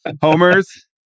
Homers